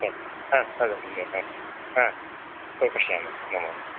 ह ह ह पश्यामः नमो नमः